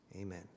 Amen